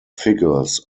figures